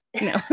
No